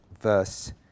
verse